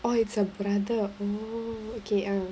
oh it's a brother oh okay oh